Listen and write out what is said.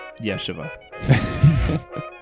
Yeshiva